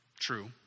True